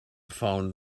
found